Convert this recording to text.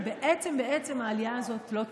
ובעצם העלייה הזאת לא תקרה.